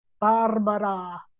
Barbara